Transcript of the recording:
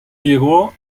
llegó